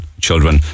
children